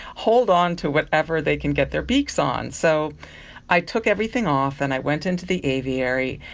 hold on to whatever they can get their beaks on. so i took everything off and i went into the aviary,